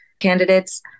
candidates